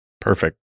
Perfect